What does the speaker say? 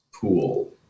pool